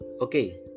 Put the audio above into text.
okay